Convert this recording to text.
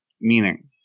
meaning